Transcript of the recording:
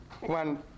one